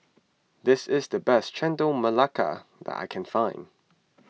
this is the best Chendol Melaka that I can find